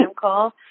call